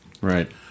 Right